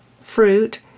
fruit